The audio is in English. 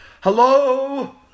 Hello